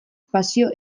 pasio